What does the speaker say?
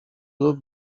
lub